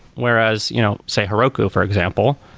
whereas, you know say heroku for example,